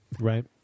Right